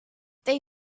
they